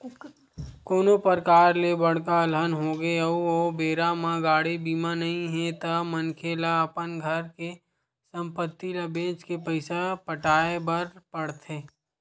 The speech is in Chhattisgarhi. कोनो परकार ले बड़का अलहन होगे अउ ओ बेरा म गाड़ी बीमा नइ हे ता मनखे ल अपन घर के संपत्ति ल बेंच के पइसा पटाय बर पड़थे